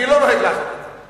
אני לא נוהג לעשות את זה,